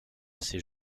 ces